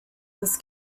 this